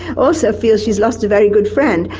also feels she's lost a very good friend.